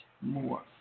more